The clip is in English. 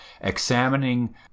examining